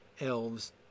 elves